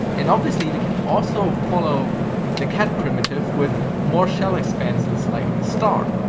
and obviously we can also follow the cat primitive with more shell expansions like star.